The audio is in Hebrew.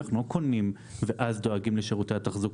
אנחנו לא קונים ואז דואגים לשירותי התחזוקה,